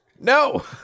No